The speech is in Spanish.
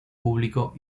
público